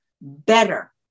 better